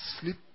sleep